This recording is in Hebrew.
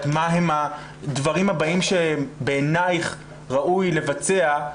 מה הם הדברים הבאים שבעינייך ראוי לבצע,